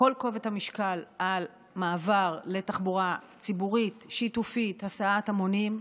כל כובד המשקל על מעבר לתחבורה ציבורית שיתופית והסעת המונים,